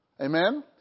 Amen